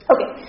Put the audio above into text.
Okay